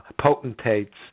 potentates